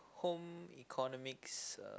home economics uh